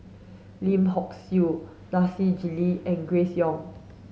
Lim Hock Siew Nasir Jalil and Grace Young